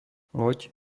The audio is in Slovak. loď